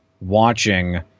watching